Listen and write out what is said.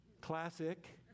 Classic